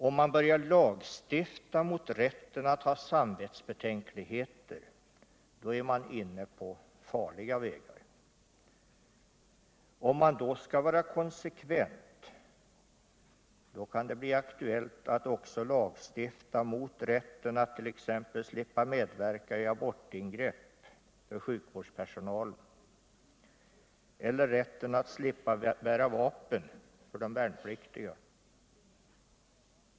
Om man börjar lagstifta mot rätten att ha samvetsbetänkligheter är man inne på farliga vägar. Om man då skall vara konsekvent, kan det bli aktuellt att också lagstifta mot rätten att t.ex. slippa medverka i abortingrepp för sjukvårdspersonalen eller rätten att slippa bära vapen för de värnpliktiga.